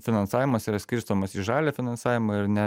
finansavimas yra skirstomas į žalią finansavimą ir ne